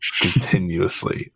continuously